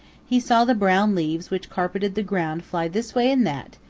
he saw the brown leaves which carpeted the ground fly this way and that,